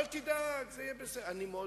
אז עכשיו,